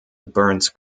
burns